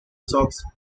sox